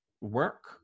work